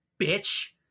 bitch